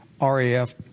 RAF